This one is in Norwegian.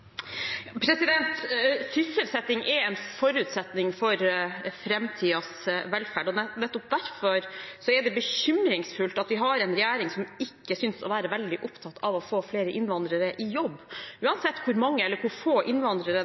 Sysselsetting er en forutsetning for framtidens velferd, og nettopp derfor er det bekymringsfullt at vi har en regjering som ikke synes å være veldig opptatt av å få flere innvandrere i jobb. Uansett hvor mange eller hvor få innvandrere